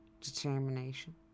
determination